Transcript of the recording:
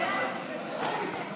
לא נתקבלה.